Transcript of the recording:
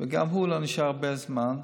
גם הוא לא נשאר הרבה זמן,